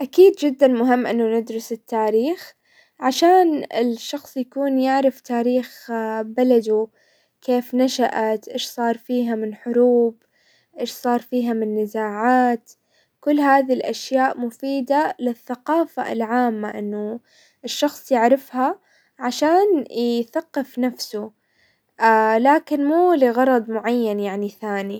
اكيد جدا مهم انه ندرس التاريخ عشان الشخص يكون يعرف تاريخ بلده، كيف نشأت؟ ايش صار فيها من حروب؟ ايش صار فيها من نزاعات؟ كل هذي الاشياء مفيدة للثقافة عامة انه الشخص يعرفها عشان يثقف نفسه، لكن مو لغرض معين يعني ثاني.